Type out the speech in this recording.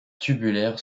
tubulaire